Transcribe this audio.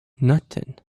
nothing